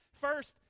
first